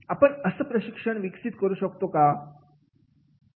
आपण असं प्रशिक्षण विकसित करू शकतो का